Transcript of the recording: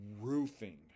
roofing